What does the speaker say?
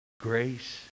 Grace